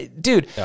dude